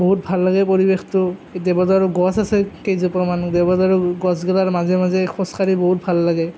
বহুত ভাল লাগে পৰিৱেশটো দেৱদাৰু গছ আছে কেইজোপামান দেৱদাৰু গছকেইটাৰ মাজে মাজে খোজকাঢ়ি বহুত ভাল লাগে